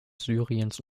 syriens